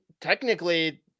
technically